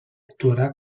actuarà